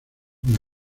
una